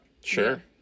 sure